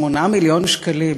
8 מיליון שקלים.